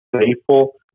faithful